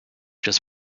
just